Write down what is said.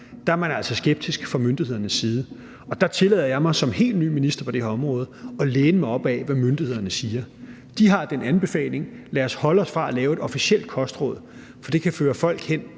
børn er man altså skeptisk fra myndighedernes side, og der tillader jeg mig som helt ny minister på det her område at læne mig op ad, hvad myndighederne siger. De har den anbefaling, at vi skal holde os fra at lave et officielt kostråd, for det kan føre folk hen